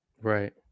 Right